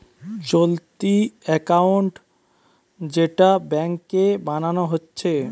চলতি একাউন্ট যেটা ব্যাংকে বানানা হচ্ছে